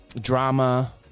drama